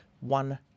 one